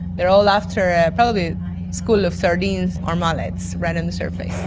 they are all after probably a school of sardines or mullets right on the surface.